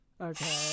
Okay